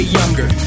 younger